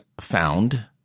found